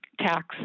tax